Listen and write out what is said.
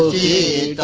e